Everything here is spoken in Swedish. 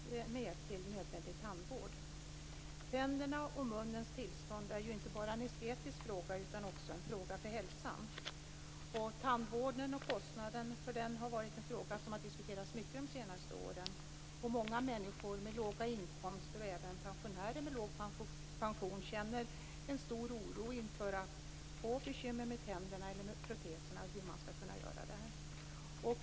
Fru talman! Tack för svaret på min interpellation. Det som jag speciellt vill tacka för är de mycket klara signaler som socialministern ger i sitt svar angående människors möjligheter att få hjälp från socialtjänsten med nödvändig tandvård. Tänderna och munnens tillstånd är inte bara en estetisk fråga, utan också en fråga för hälsan. Tandvården och kostnaden för den har varit en fråga som har diskuterats mycket de senaste åren. Många människor med låga inkomster, även pensionärer med låg pension, känner en stor oro inför att få bekymmer med tänderna eller proteserna och vad man skall kunna göra då.